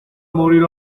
morir